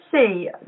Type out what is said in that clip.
see